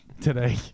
Today